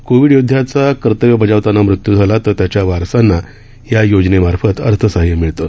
Covid योदध्यांचा कर्तव्य बजावताना मृत्यू झाला तर त्यांच्या वारसांना या योजनेमार्फत अर्थसहाय्य मिळतं